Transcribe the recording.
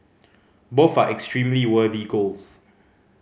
both are extremely worthy goals